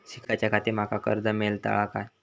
शिकाच्याखाती माका कर्ज मेलतळा काय?